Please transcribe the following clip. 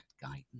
guidance